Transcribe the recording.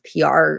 PR